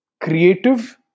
creative